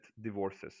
divorces